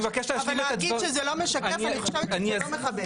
אני מבקש להשלים את